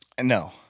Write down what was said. No